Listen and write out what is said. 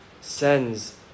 sends